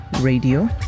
radio